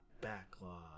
backlog